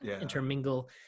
intermingle